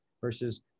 versus